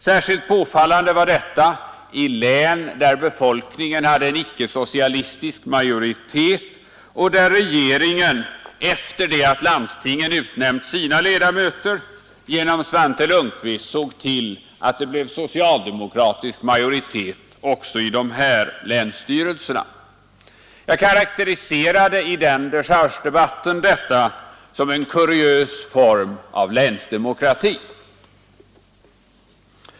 Särskilt påfallande var detta i län där befolkningen hade en icke-socialistisk majoritet och där regeringen efter det att landstingen hade utnämnt sina ledamöter genom Svante Lundkvist såg till att det blev socialdemokratisk majoritet också i de länsstyrelserna. I den dechargedebatten karakteriserade jag detta som en ”kuriös form av länsdemokrati”.